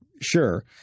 sure